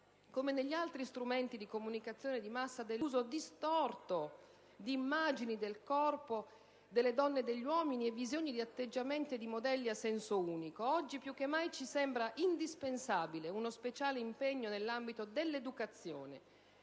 come negli altri strumenti di comunicazione di massa, di immagini del corpo delle donne e degli uomini e di atteggiamenti e modelli a senso unico. Oggi più che mai ci sembra indispensabile uno speciale impegno nell'ambito dell'educazione.